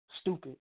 stupid